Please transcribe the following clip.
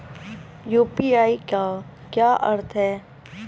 UPI का क्या अर्थ है?